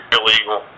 illegal